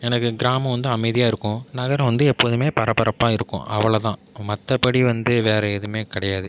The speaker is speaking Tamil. எனக்கு கிராமம் வந்து அமைதியாக இருக்கும் நகரம் வந்து எப்போதுமே பரபரப்பாக இருக்கும் அவ்ளோ தான் மற்றபடி வந்து வேறு எதுவுமே கிடையாது